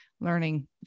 learning